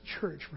church